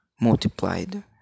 multiplied